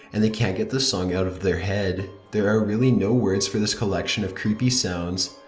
and they can't get the song out of their head. there are really no words for this collection of creepy sounds.